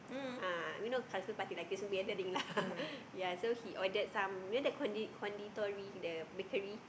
eh we not Christmas party like this we ended thing lah ya so he ordered some you know the Kondi~ Konditori the bakery